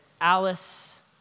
Alice